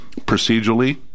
procedurally